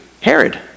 Herod